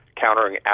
Countering